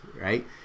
right